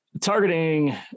targeting